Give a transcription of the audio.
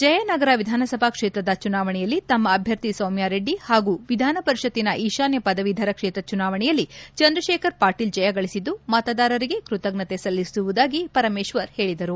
ಜಯನಗರ ವಿಧಾನಸಭಾ ಕ್ಷೇತ್ರದ ಚುನಾವಣೆಯಲ್ಲಿ ತಮ್ಮ ಅಭ್ಯರ್ಥಿ ಸೌಮ್ಯ ರೆಡ್ಡಿ ಹಾಗೂ ವಿಧಾನ ಪರಿಷತ್ತಿನ ಈಶಾನ್ಯ ಪದವೀಧರ ಕ್ಷೇತ್ರ ಚುನಾವಣೆಯಲ್ಲಿ ಚಂದ್ರಶೇಖರ ಪಾಟೀಲ್ ಜಯಗಳಿಸಿದ್ದು ಮತದಾರರಿಗೆ ಕೃತಜ್ಞತೆ ಸಲ್ಲಿಸುವುದಾಗಿ ಪರಮೇಶ್ವರ್ ಹೇಳಿದರು